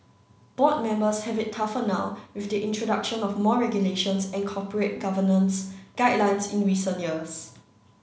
board members have it tougher now with the introduction of more regulations and corporate governance guidelines in recent years